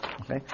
Okay